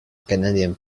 canadian